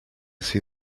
see